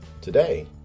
Today